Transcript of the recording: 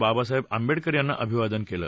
बाबासाहेबां आंबेडकर यांना अभिवादन केलं